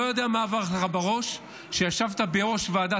לא יודע מה עבר לך בראש כשישבת בראש ועדת